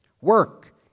Work